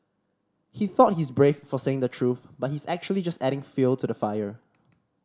he thought he's brave for saying the truth but he's actually just adding fuel to the fire